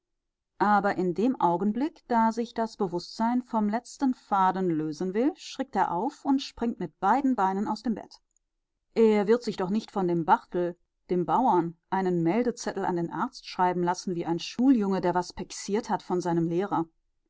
aber in dem augenblick da sich das bewußtsein vom letzten faden lösen will schrickt er auf und springt mit beiden beinen aus dem bett er wird sich doch nicht von dem barthel dem bauern einen meldezettel an den arzt schreiben lassen wie ein schuljunge der was pexiert hat von seinem lehrer